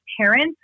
parents